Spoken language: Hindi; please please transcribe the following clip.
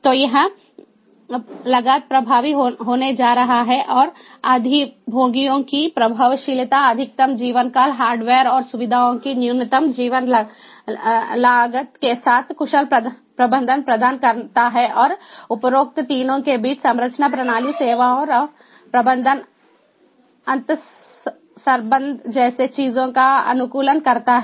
तो यह लागत प्रभावी होने जा रहा है अधिभोगियों की प्रभावशीलता अधिकतम जीवनकाल हार्डवेयर और सुविधाओं की न्यूनतम जीवन लागत के साथ कुशल प्रबंधन प्रदान करता है और उपरोक्त तीनों के बीच संरचना प्रणाली सेवाओं और प्रबंधन अंतर्संबंध जैसे चीजों का अनुकूलन करता है